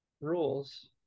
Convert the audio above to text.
rules